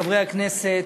חברי הכנסת,